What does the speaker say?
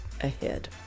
ahead